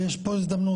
אז יש פה הזדמנות,